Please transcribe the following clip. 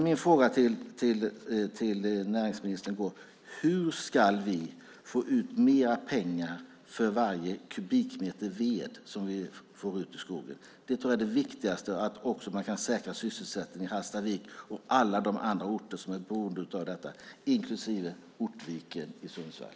Min fråga till näringsministern är: Hur ska vi få ut mer pengar för varje kubikmeter ved som vi får ut av skogen? Jag tror att det är det viktigaste för att säkra sysselsättningen i Hallstavik och alla de andra orter som är beroende av detta, inklusive Ortviken i Sundsvall.